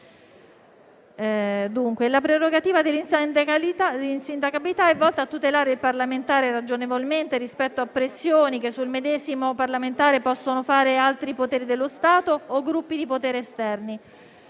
La prerogativa dell'insindacabilità è volta a tutelare il parlamentare ragionevolmente rispetto a pressioni che sul medesimo possono esercitare altri poteri dello Stato o gruppi di potere esterni.